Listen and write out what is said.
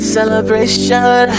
Celebration